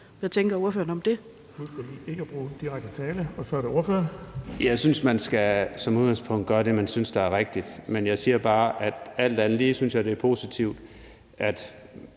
Christoffer Aagaard Melson (V): Jeg synes, man som udgangspunkt skal gøre det, man synes er rigtigt. Men jeg siger bare, at alt andet lige synes jeg, det er vigtigt, at